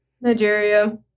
Nigeria